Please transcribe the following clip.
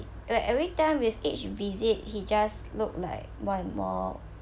where everytime with each visit he just looked like one more